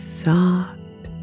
soft